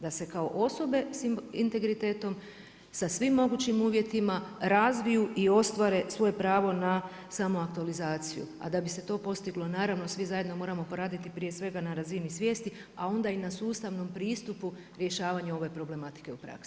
Da se kao osobe s integritetom, sa svim mogućim uvjetima razviju i ostvare svoje pravo na samoaktualizaciju, a da bi se to postiglo naravno, svi zajedno moramo poraditi prije svega na razini svijesti a onda i na sustavom pristupu rješavanja ove problematike u praksi.